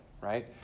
right